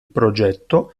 progetto